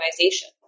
organization